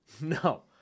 No